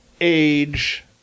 age